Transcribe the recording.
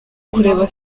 kureba